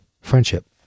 friendship